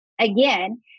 again